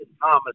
Thomas